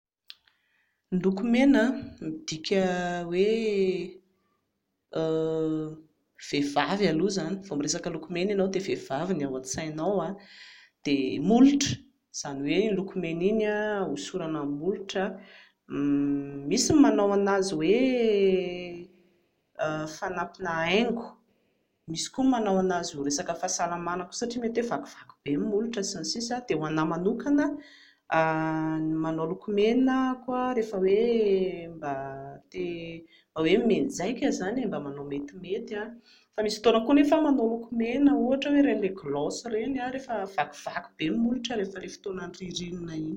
Ny loko mena midika hoe vehivavy aloha izany, vao miresaka loko mena ianao dia vehivavy no ao an-tsainao, dia molotra, izany hoe iny lokomena iny hosorana amin'ny molotra, misy ny manao an'azy hoe fanampina haingo, misy koa ny manao an'azy ho resaka fahasalamana koa satria mety hoe vakivaky be ny molotra sy ny sisa. Dia ho anahy manokana manao lokomena aho rehefa hoe mba te, mba hoe mianjaika izany e, mba manao metimety a, fa misy fotoana koa anefa aho manao lokomena ohatra hoe ireny ilay gloss ireny rehefa ilay vakivaky be ny molotra rehefa ilay fotoan'ny ririnina iny